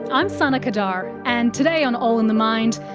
i'm sana qadar, and today on all in the mind,